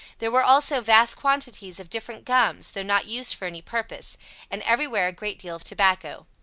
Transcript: there were also vast quantities of different gums, though not used for any purpose and every where a great deal of tobacco.